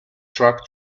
truck